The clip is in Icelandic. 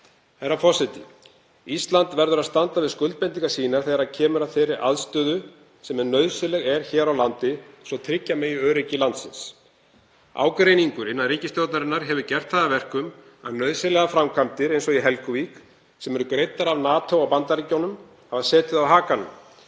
Herra forseti. Ísland verður að standa við skuldbindingar sínar þegar kemur að þeirri aðstöðu sem nauðsynleg er hér á landi svo tryggja megi öryggi landsins. Ágreiningur innan ríkisstjórnarinnar hefur gert það að verkum að nauðsynlegar framkvæmdir, eins og í Helguvík, sem eru greiddar af NATO og Bandaríkjunum, hafa setið á hakanum.